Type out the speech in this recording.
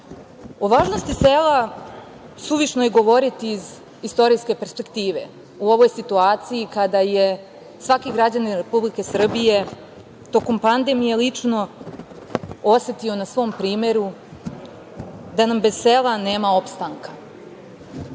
važnosti sela suvišno je govoriti iz istorijske perspektive u ovoj situaciji kada je svaki građanin Republike Srbije tokom pandemije lično osetio na svom primeru da nam bez sela nema opstanka. Krenimo